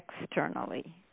externally